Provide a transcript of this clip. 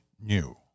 new